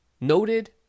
noted